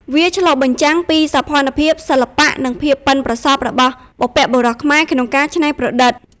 វាឆ្លុះបញ្ចាំងពីសោភ័ណភាព សិល្បៈ និងភាពប៉ិនប្រសប់របស់បុព្វបុរសខ្មែរក្នុងការច្នៃប្រឌិត។